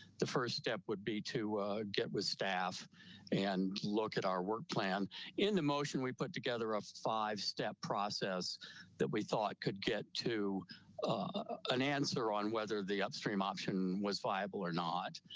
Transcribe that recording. the first step would be to get with staff and look at our work plan into motion we put together a five step process that we thought could get to curt ah an answer on whether the upstream option was viable or not.